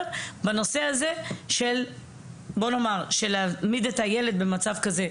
בנושא הזה של לא להעמיד את הילד במצב כזה,